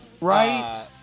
Right